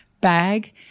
bag